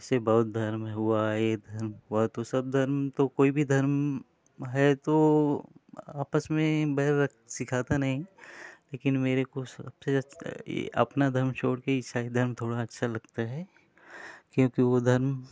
जैसे बौद्ध धर्म हुआ ये धर्म हुआ सब धर्म तो कोई भी धर्म है तो आपस में बैर रख सिखाता नहीं लेकिन मेरे को सबसे अच्छा अपना धर्म छोड़ कर ईसाई धर्म थोड़ा अच्छा लगता है क्योंकि वो धर्म